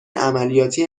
عملیاتی